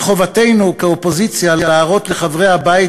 וחובתנו כאופוזיציה להראות לחברי הבית